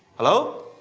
hello?